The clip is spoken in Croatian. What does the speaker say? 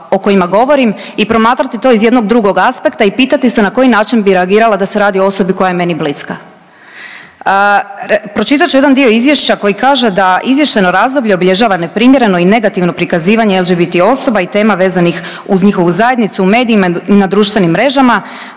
o kojima govorim i promatrati to iz jednog drugog aspekta i pitati se na koji način bi reagirala da se radi o osobi koja je meni bliska. Pročitat ću jedan dio izvješća koji kaže da izvještajno razdoblje obilježava neprimjereno i negativno prikazivanje LGBT osoba i tema vezanih uz njihovu zajednicu u medijima i na društvenim mrežama.